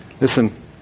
listen